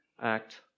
act